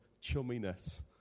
Chumminess